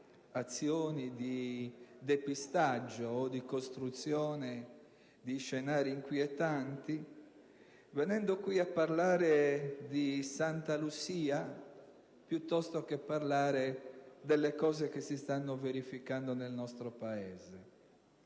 azioni di depistaggio o di costruzione di scenari inquietanti, venendo qui a parlare di Santa Lucia piuttosto che di ciò che sta accadendo nel nostro Paese.